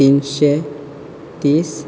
तिनशें तीस